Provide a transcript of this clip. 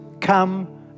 come